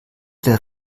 der